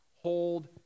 hold